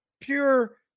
pure